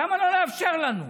למה לא לאפשר לנו?